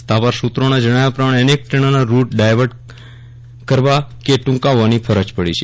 સત્તાવાર સુત્રોના જણાવ્યા પ્રમાણે અનેજ દ્રેનોના રૂટ ડાઈવર્ટ કરવા ટૂંકાવવાની ફરજ પડી છે